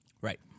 Right